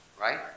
Right